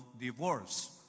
divorce